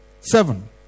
seven